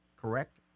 correct